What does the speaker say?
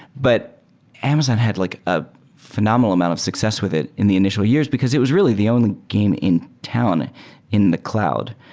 but amazon had like a phenomenal amount of success with it in the initial years because it was really the only game in town in the cloud.